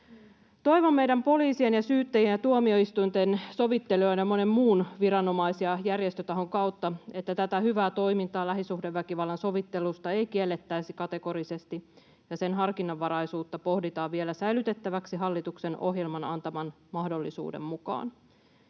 Toivon meidän poliisien ja syyttäjien ja tuomioistuinten, sovittelijoiden ja monen muun viranomais- ja järjestötahon puolesta, että tätä hyvää toimintaa lähisuhdeväkivallan sovittelusta ei kiellettäisi kategorisesti ja sen harkinnanvaraisuutta pohditaan vielä säilytettäväksi hallituksen ohjelman antaman mahdollisuuden mukaan.